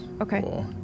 Okay